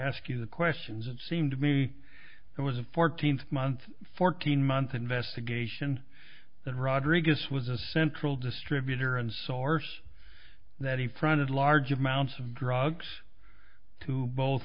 ask you the questions it seemed to me it was a fourteen month fourteen month investigation that rodriguez was a central distributor and source that he fronted large amounts of drugs to both